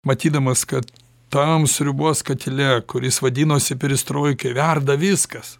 matydamas kad tam sriubos katile kuris vadinosi perestroika verda viskas